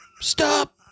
Stop